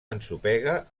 ensopega